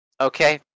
Okay